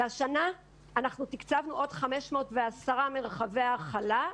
והשנה תקצבנו עוד 510 מרחבי הכלה.